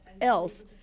else